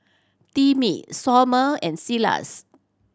Timmy Somer and Silas